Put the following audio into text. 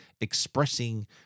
expressing